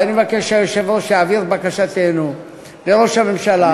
ואני מבקש שהיושב-ראש יעביר את בקשתנו לראש הממשלה,